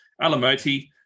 Alamoti